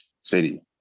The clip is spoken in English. City